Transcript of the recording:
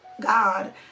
God